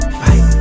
fight